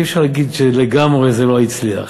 אי-אפשר לומר שלגמרי זה לא הצליח.